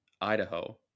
Idaho